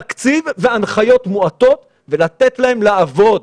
תקציב והנחיות מועטות ולתת להם לעבוד.